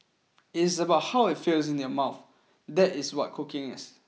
it is about how it feels in your mouth that is what cooking is